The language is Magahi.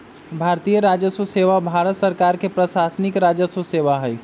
भारतीय राजस्व सेवा भारत सरकार के प्रशासनिक राजस्व सेवा हइ